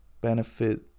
benefit